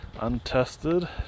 untested